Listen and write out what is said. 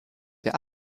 der